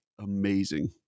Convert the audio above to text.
amazing